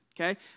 Okay